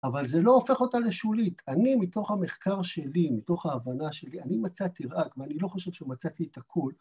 אבל זה לא הופך אותה לשולית. אני, מתוך המחקר שלי, מתוך ההבנה שלי, אני מצאתי רק, ואני לא חושב שמצאתי את הכול.